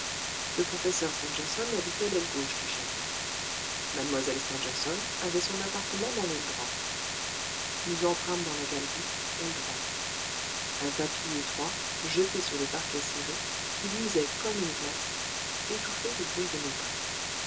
le professeur stangerson habitait l'aile gauche du château mlle stangerson avait son appartement dans l'aile droite nous entrâmes dans la galerie aile droite un tapis étroit jeté sur le parquet ciré qui luisait comme une glace étouffait le bruit de nos pas